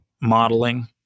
modeling